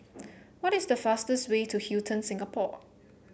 what is the fastest way to Hilton Singapore